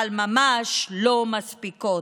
אבל ממש לא מספיקות,